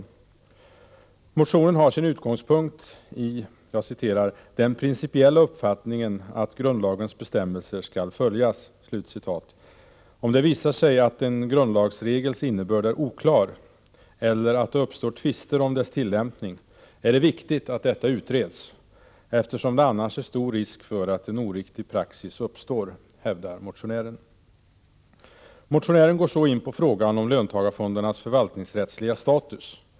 Motionen har sin utgångspunkt i ”den principiella uppfattningen att grundlagens bestämmelser skall följas”. Om det visar sig att en grundlagsregels innebörd är oklar eller att det uppstår tvister om dess tillämpning, är det viktigt att detta utreds, eftersom det annars är stor risk för att en oriktig praxis uppstår, hävdar motionären. Motionären går så in på frågan om ”löntagarfondernas förvaltningsrättsliga status”.